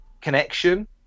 connection